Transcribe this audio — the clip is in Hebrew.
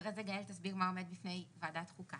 אחרי זה גאל תסביר מה עומד בפני ועדת חוקה.